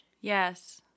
Yes